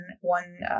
one